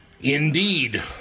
Indeed